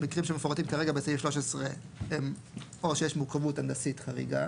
המקרים שמפורטים כרגע בסעיף (13) הם או כשיש מורכבות הנדסית חריגה,